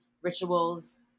rituals